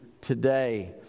today